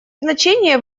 значение